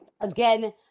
again